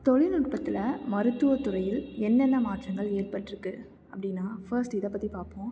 தொழில்நுட்பத்தில் மருத்துவத்துறையில் என்னென்ன மாற்றங்கள் ஏற்பட்டிருக்கு அப்படின்னா ஃபர்ஸ்ட் இதை பற்றி பார்ப்போம்